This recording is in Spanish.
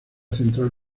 central